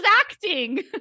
acting